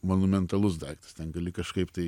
monumentalus daiktas ten gali kažkaip tai